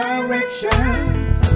Directions